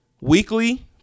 weekly